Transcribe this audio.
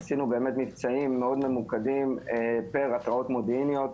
עשינו באמת מבצעים מאוד ממוקדים פר התרעות מודיעיניות,